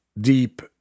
deep